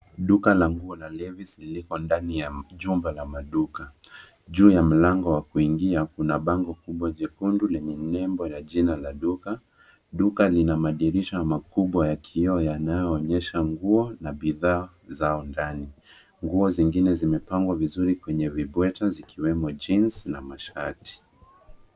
Duka la nguo la Levis lipo ndani ya jumba la maduka. Juu ya mlango wa kuingia, kuna bango kubwa jekundu lenye nembo ya jina la duka. Duka lina madirisha makubwa ya kioo yanayoonyesha nguo na bidhaa zao ndani. Nguo zingine zimepangwa vizuri kwenye vibwete zikiwemo cs[jeans]cs na mashati.